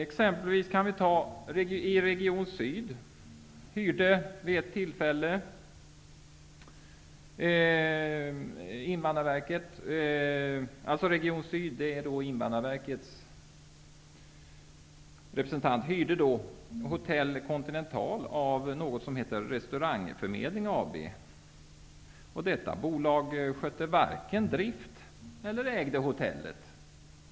Exempelvis Region syd, som är Invandrarverkets representant, hyrde vid ett tillfälle Hotell Restaurangförmedling AB. Detta bolag skötte varken drift eller ägde hotellet.